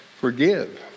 forgive